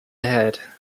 ahead